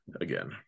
again